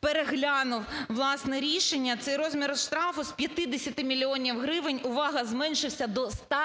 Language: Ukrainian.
переглянув власне рішення, цей розмір штрафу з 50 мільйонів гривень, увага, зменшився до 100